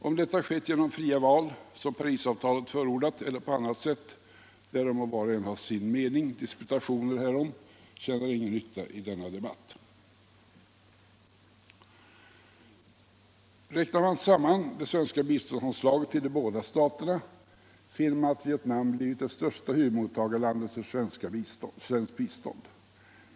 Om detta skett genom fria val, som Parisavtalet förordat, eller på annat sätt — därom må var och en ha sin egen mening. Disputationer härom gör ingen nytta i denna debatt. Räknar man samman det svenska biståndsanslaget till de båda staterna, finner man att Vietnam blivit det största huvudmottagarlandet för svenskt bistånd.